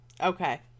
Okay